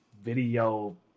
video